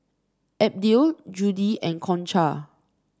Abdiel Judi and Concha